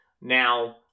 Now